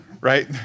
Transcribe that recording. right